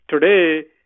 today